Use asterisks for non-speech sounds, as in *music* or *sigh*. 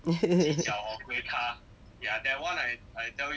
*laughs*